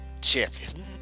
Champion